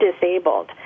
disabled